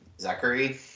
Zachary